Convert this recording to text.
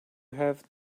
have